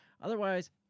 Otherwise